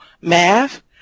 math